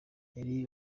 yari